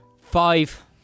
Five